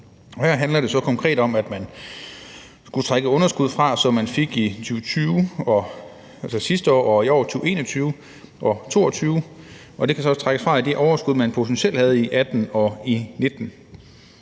Her handler det så konkret om, at man skal kunne trække underskuddet i 2020 og 2021 og 2022, altså sidste år, i år og næste år, fra i det overskud, man potentielt havde i 2018 og 2019.